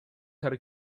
her